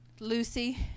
Lucy